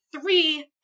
three